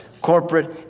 corporate